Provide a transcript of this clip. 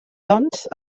doncs